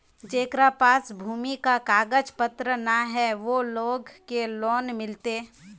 जेकरा पास भूमि का कागज पत्र न है वो लोग के लोन मिलते?